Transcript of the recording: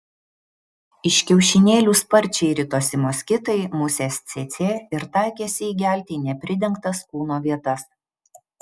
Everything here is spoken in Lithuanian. iš kiaušinėlių sparčiai ritosi moskitai musės cėcė ir taikėsi įgelti į nepridengtas kūno vietas